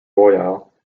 royale